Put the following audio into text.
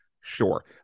sure